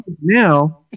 now